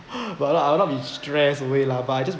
but I'll I'll not be stress away lah but I just